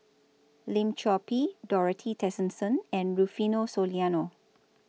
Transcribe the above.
Lim Chor Pee Dorothy Tessensohn and Rufino Soliano